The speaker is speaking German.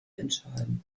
entscheiden